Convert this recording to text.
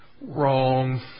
Wrong